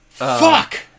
fuck